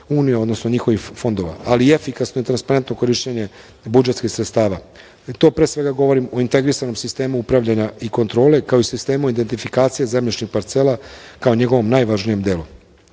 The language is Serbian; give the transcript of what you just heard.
fondova Evropske unije, ali i efikasno i transparentno korišćenje budžetskih sredstava. To pre svega govorim u integrisanom sistemu upravljanja i kontrole, kao i sistemu identifikacije zemljišnih parcela, kao njegovom najvažnijem delu.